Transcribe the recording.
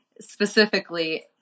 specifically